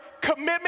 commitment